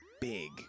big